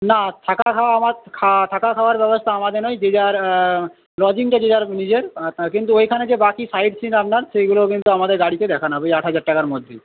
না থাকা খাওয়া আমার থাকা খাওয়ার ব্যাবস্থা আমাদের নয় যে যার লজিংটা যে যার নিজের কিন্তু ওইখানে যে বাকি সাইটসিইং আপনার সেইগুলো কিন্তু আমাদের গাড়িতে দেখানো হবে ওই আট হাজার টাকার মধ্যেই